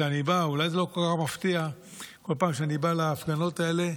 כל פעם שאני בא להפגנות האלה,